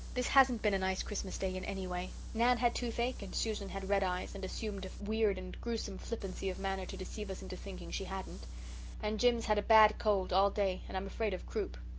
this hasn't been a nice christmas day in any way. nan had toothache and susan had red eyes, and assumed a weird and gruesome flippancy of manner to deceive us into thinking she hadn't and jims had a bad cold all day and i'm afraid of croup.